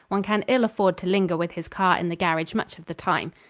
one can ill afford to linger with his car in the garage much of the time.